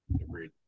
Agreed